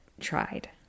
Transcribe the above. tried